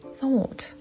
thought